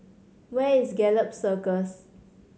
where is Gallop Circus